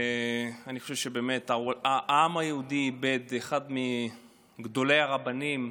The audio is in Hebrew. אני חושב שבאמת העם היהודי איבד אחד מגדולי הרבנים.